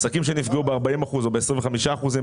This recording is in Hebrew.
עסקים שנפגעו ב-40 אחוזים או ב-25 אחוזים,